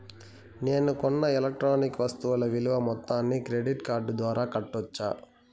నేను కొన్న ఎలక్ట్రానిక్ వస్తువుల విలువ మొత్తాన్ని క్రెడిట్ కార్డు ద్వారా కట్టొచ్చా?